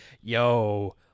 yo